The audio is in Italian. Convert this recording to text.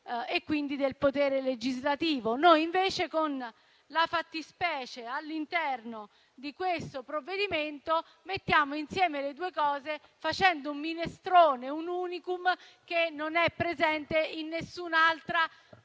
e quindi del potere legislativo. Noi, invece, con questa fattispecie, all'interno di questo provvedimento, mettiamo insieme le due elezioni, facendo un minestrone, un *unicum* che non è presente in nessun'altra democrazia